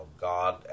god